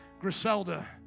Griselda